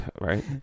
Right